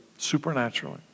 Supernaturally